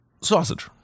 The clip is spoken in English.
Sausage